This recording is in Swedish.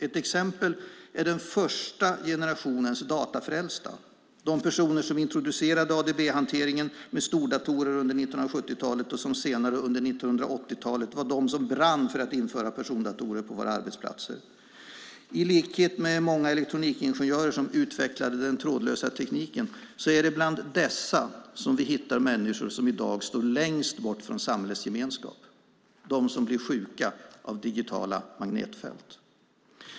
Ett exempel är den första generationens datafrälsta, det vill säga de personer som introducerade ADB-hantering med stordatorer under 1970-talet och som senare under 1980-talet var de som brann för att införa persondatorer på våra arbetsplatser. I likhet med många elektronikingenjörer som utvecklade den trådlösa tekniken är det bland dessa som vi hittar de människor som i dag står längst bort från samhällets gemenskap, nämligen de som blir sjuka av digitala magnetfält.